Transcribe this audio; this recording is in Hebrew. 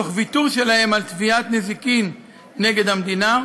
תוך ויתור שלהם על תביעת נזיקין נגד המדינה,